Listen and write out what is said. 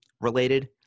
related